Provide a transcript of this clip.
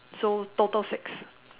so total six